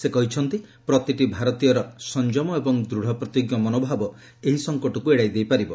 ସେ କହିଛନ୍ତି ପ୍ରତିଟି ଭାରତୀୟର ସଂଯମ ଓ ଦୂଢପ୍ରତିଜ୍ଞ ମନୋଭାବ ଏହି ସଙ୍କଟକୁ ଏଡାଇ ଦେଇପାରିବ